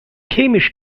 chemisch